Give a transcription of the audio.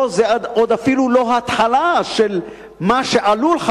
פה זה עוד אפילו לא ההתחלה של מה שעלול להיות,